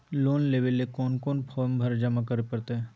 Loan लेवे ले कोन कोन फॉर्म जमा करे परते?